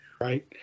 Right